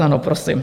Ano, prosím.